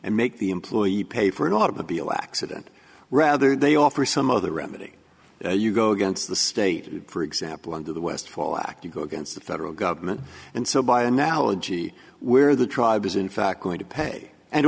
and make the employee pay for an automobile accident rather they offer some other remedy you go against the state for example under the westfall act you go against the federal government and so by analogy where the tribe is in fact going to pay and